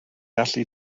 allu